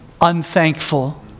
Unthankful